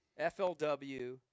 FLW